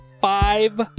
five